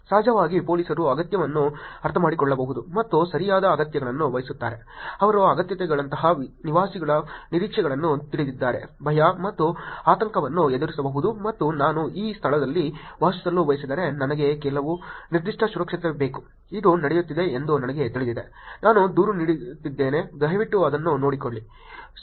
ಸಹಜವಾಗಿ ಪೋಲೀಸರು ಅಗತ್ಯಗಳನ್ನು ಅರ್ಥಮಾಡಿಕೊಳ್ಳಬಹುದು ಮತ್ತು ಸರಿಯಾದ ಅಗತ್ಯಗಳನ್ನು ಬಯಸುತ್ತಾರೆ ಅವರು ಅಗತ್ಯತೆಗಳಂತಹ ನಿವಾಸಿಗಳ ನಿರೀಕ್ಷೆಗಳನ್ನು ತಿಳಿದಿದ್ದರೆ ಭಯ ಮತ್ತು ಆತಂಕವನ್ನು ಎದುರಿಸಬಹುದು ಮತ್ತು ನಾನು ಈ ಸ್ಥಳದಲ್ಲಿ ವಾಸಿಸಲು ಬಯಸಿದರೆ ನನಗೆ ಕೆಲವು ನಿರ್ದಿಷ್ಟ ಸುರಕ್ಷತೆ ಬೇಕು ಇದು ನಡೆಯುತ್ತಿದೆ ಎಂದು ನನಗೆ ತಿಳಿದಿದೆ ನಾನು ದೂರು ನೀಡುತ್ತಿದ್ದೇನೆ ದಯವಿಟ್ಟು ಅದನ್ನು ನೋಡಿಕೊಳ್ಳಿ